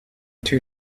too